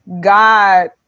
God